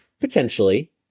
potentially